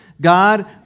God